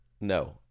No